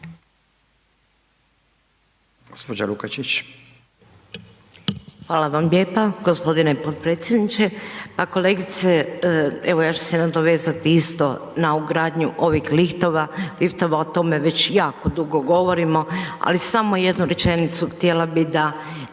Hvala vam lijepo gospodine potpredsjedniče.